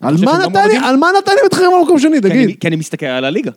על מה נתניה מתחילים במקום שני, תגיד. כי אני מסתכל על הליגה.